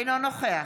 אינו נוכח